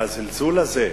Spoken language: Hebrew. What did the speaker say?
והזלזול הזה,